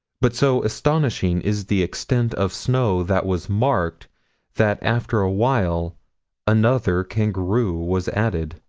but so astonishing is the extent of snow that was marked that after a while another kangaroo was added.